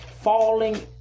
falling